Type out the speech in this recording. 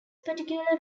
particular